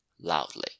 loudly